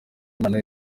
impano